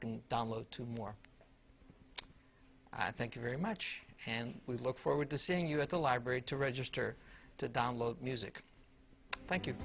can download two more i thank you very much and we look forward to seeing you at the library to register to download music